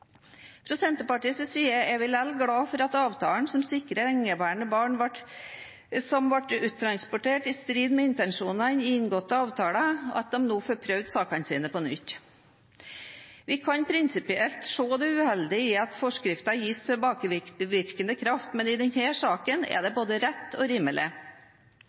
Fra Senterpartiets side er vi likevel glade for avtalen som sikrer at lengeværende barn som ble uttransportert i strid med intensjonene i inngåtte avtaler, nå får prøvd sakene sine på nytt. Vi kan prinsipielt se det uheldige i at forskrifter gis tilbakevirkende kraft, men i denne saken er det både rett og rimelig.